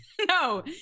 No